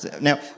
Now